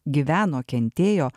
gyveno kentėjo